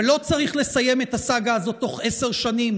ולא צריך לסיים את הסאגה הזאת תוך עשר שנים,